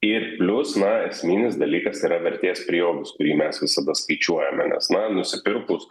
ir plius na esminis dalykas yra vertės prieaugis kurį mes visada skaičiuojame nes na nusipirkus